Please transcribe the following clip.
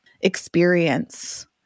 experience